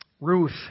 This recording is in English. Ruth